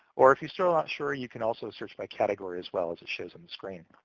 or if you still aren't sure, you can also search by category, as well, as it shows on the screen.